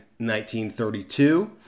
1932